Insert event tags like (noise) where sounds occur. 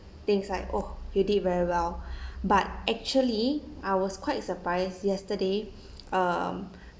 things like oh you did very well (breath) but actually I was quite surprised yesterday um